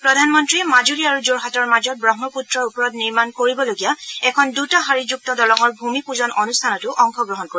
প্ৰধানমন্ত্ৰীয়ে মাজুলী আৰু যোৰহাটৰ মাজত ব্ৰহ্মপুত্ৰৰ ওপৰত নিৰ্মাণ কৰিবলগীয়া এখন দুটা শাৰীযুক্ত দলঙৰ ভূমি পূজন অনুষ্ঠানতো অংশগ্ৰহণ কৰিব